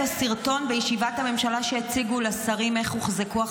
--- ראית את הסרטון בישיבת הממשלה שהציגו לשרים איך הוחזקו החטופים?